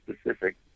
Specific